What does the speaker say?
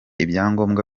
ibyangombwa